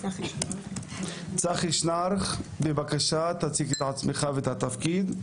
שחי שנרך, בבקשה, תציג את עצמך ואת התפקיד.